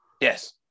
Yes